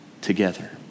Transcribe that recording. together